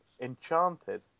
Enchanted